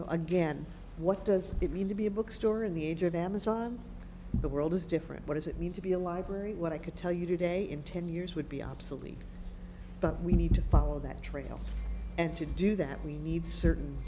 know again what does it mean to be a bookstore in the age of amazon the world is different what does it mean to be a library what i could tell you today in ten years would be obsolete but we need to follow that trail and to do that we need certain